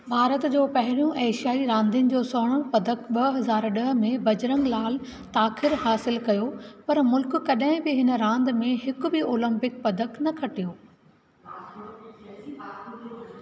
भारत जो पहिरों एशियाईं रांधियुनि जो स्वर्णु पदकु ॿ हज़ार ॾह में बजरंग लाल ताख़िर हासिल कयूं पर मुल्क़ कॾहिं बि हिन रांधि में हिक बि ओलंपिक पदकु न खटियो